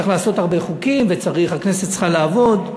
צריך לעשות הרבה חוקים, והכנסת צריכה לעבוד.